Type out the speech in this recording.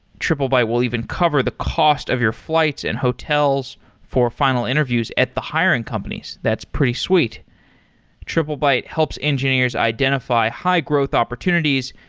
triplebyte will even cover the cost of your flights and hotels for final interviews at the hiring companies. that's pretty sweet triplebyte helps engineers identify high-growth opportunities,